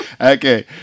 Okay